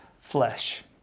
flesh